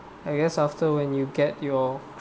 I guess after when you get your